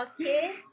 Okay